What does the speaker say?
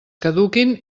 caduquin